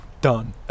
done